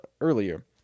earlier